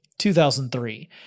2003